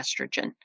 estrogen